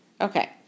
Okay